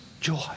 joy